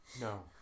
No